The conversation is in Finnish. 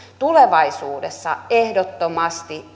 tulevaisuudessa ehdottomasti